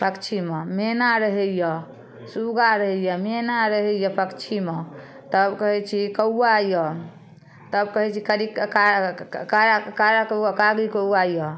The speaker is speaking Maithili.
पक्षीमे मैना रहैए सुग्गा रहैए मैना रहैए पक्षीमे तब कहै छी कौआ अइ तब कहै छी करी कार कारा कारा कारी कौआ अइ